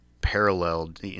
paralleled